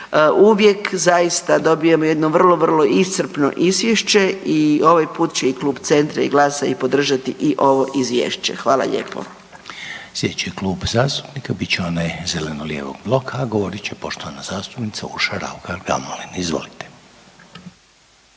Uvijek zaista dobijemo jedno vrlo, vrlo iscrpno izvješće i ovaj put će i Klub Centra i GLAS-a i podržati i ovo izvješće. Hvala lijepo. **Reiner, Željko (HDZ)** Slijedeći Klub zastupnika bit će onaj zeleno-lijevog bloka, a govorit će poštovana zastupnica Urša Raukar Gamulin. Izvolite.